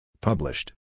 Published